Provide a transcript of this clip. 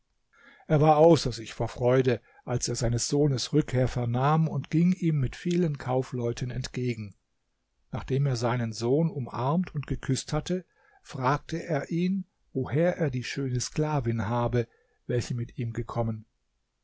er war außer sich vor freude als er seines sohnes rückkehr vernahm und ging ihm mit vielen kaufleuten entgegen nachdem er seinen sohn umarmt und geküßt hatte fragte er ihn woher er die schöne sklavin habe welche mit ihm gekommen